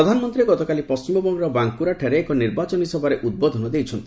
ପ୍ରଧାନମନ୍ତ୍ରୀ ଗତକାଲି ପଣ୍ଢିମବଙ୍ଗର ବାଙ୍କୁରାରେ ଏକ ନିର୍ବାଚନୀ ସଭାରେ ଉଦ୍ବୋଧନ ଦେଇଛନ୍ତି